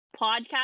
podcast